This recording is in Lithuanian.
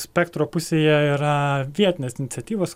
spektro pusėje yra vietinės iniciatyvos